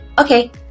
okay